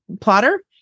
Plotter